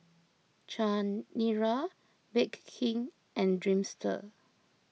Chanira Bake King and Dreamster